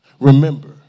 remember